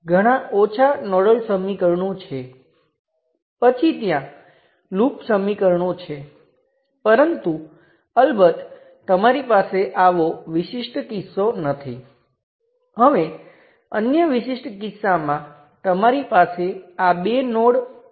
તેથી આપણે ઈચ્છીએ છીએ સર્કિટમાં કોઈપણ વોલ્ટેજ અથવા કરંટમાં ફેરફાર કર્યા વિના આ કરંટસ્ત્રોતને રેઝિસ્ટર સાથે બદલવું